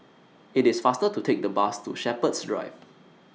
IT IS faster to Take The Bus to Shepherds Drive